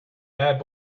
bad